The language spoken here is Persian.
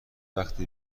وقت